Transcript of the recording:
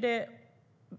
Det